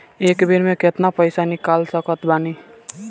एक बेर मे केतना पैसा निकाल सकत बानी?